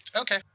Okay